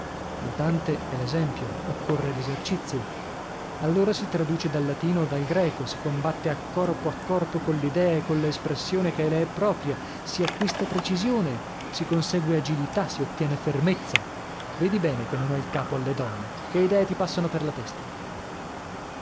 ma dante è l'esempio occorre l'esercizio allora si traduce dal latino o dal greco si combatte a corpo a corpo coll'idea e colla espressione che le è propria si acquista precisione si consegue agilità si ottiene fermezza vedi bene che non ho il capo alle donne che idee ti passano per la testa